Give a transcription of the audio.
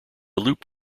loop